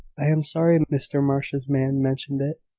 i am sorry mr marsh's man mentioned it.